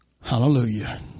Hallelujah